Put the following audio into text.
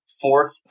fourth